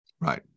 Right